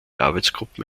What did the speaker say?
arbeitsgruppen